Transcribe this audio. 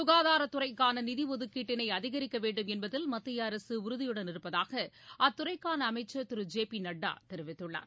சுகாதாரத்துறைகான நிதி ஒதுக்கீட்டினை அதிகரிக்கவேண்டும் என்பதில் மத்திய அரசு உறுதியுடன் இருப்பதாக அத்துறைக்கான அமைச்சர் திரு ஜே பி நட்டா தெரிவித்துள்ளார்